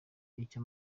icyo